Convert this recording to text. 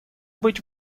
быть